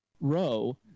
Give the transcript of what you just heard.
row